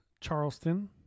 Charleston